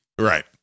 right